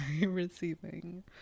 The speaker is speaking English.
receiving